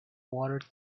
water